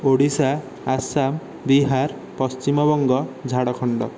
Odisha Assam Bihar Paschimbanga Jharkhand